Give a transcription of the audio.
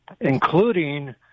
including